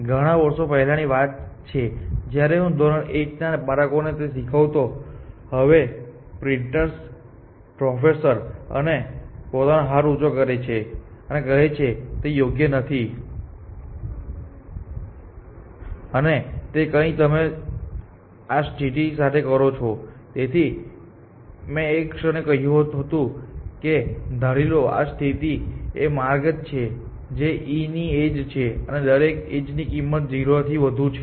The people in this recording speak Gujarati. ઘણા વર્ષો પહેલાની વાત છે જ્યારે હું ધોરણ 1 ના બાળકોને તે શીખવતો હતો તે હવે પ્રિન્સટનમાં પ્રોફેસર છે અને પોતાનો હાથ ઊંચો કરે છે અને કહે છે કે તે યોગ્ય નથી અને તે કંઈક તમે આ સ્થિતિ સાથે કરો છો તેથી મેં એક ક્ષણે કહ્યું હતું કે ધારી લો કે આ સ્થિતિ એ માર્ગો છે જે e ની એજ છે દરેક એજ ની કિંમત 0 થી વધુ છે